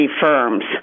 firms